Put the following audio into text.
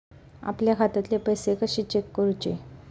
आपल्या खात्यातले पैसे कशे चेक करुचे?